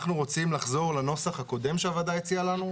אנחנו רוצים לחזור לנוסח הקודם שהוועדה הציעה לנו,